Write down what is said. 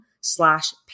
slash